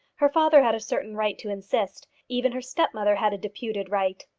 her father had a certain right to insist. even her stepmother had a deputed right.